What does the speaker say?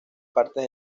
partes